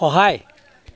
সহায়